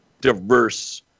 diverse